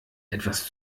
etwas